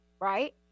right